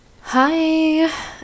Hi